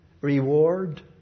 Reward